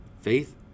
Faith